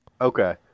Okay